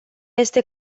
este